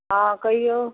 हँ कहियौ